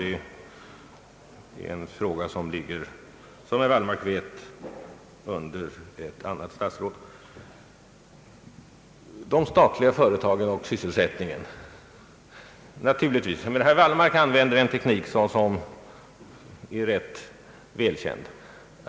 Denna fråga, sorterar, som herr Wallmark vet, under ett annat statsråd. Låt mig i stället ta upp frågan om de statliga företagen och sysselsättningen. Herr Wallmark använder en teknik som är rätt välkänd.